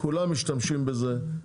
כולם משתמשים בזה,